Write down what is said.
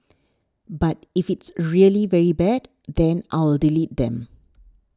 but if it's really very bad then I'll delete them